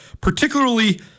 particularly